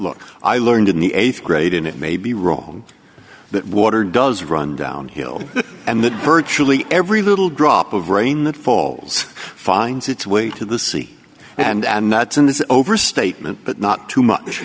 look i learned in the th grade and it may be wrong that water does run downhill and that virtually every little drop of rain that falls finds its way to the sea and that's an overstatement but not too much